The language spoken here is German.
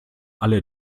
alle